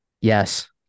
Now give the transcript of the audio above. Yes